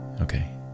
Okay